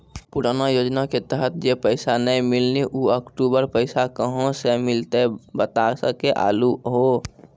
पुराना योजना के तहत जे पैसा नै मिलनी ऊ अक्टूबर पैसा कहां से मिलते बता सके आलू हो?